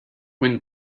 when